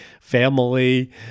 family